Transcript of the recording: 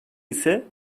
ise